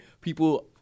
People